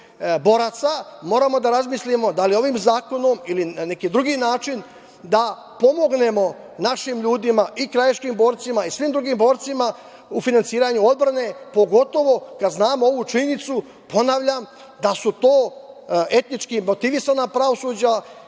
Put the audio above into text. Moramo da razmislimo da li ovim zakonom ili neki drugi način da pomognemo našim ljudima i krajiškim borcima i svim drugim borcima u finansiranju odbrane, pogotovo kad znamo ovu činjenicu, ponavljam, da su to etnički motivisana pravosuđa,